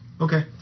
Okay